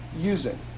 using